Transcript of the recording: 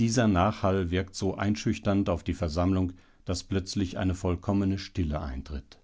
dieser nachhall wirkt so einschüchternd auf die versammlung daß plötzlich eine vollkommene stille eintritt